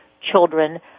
children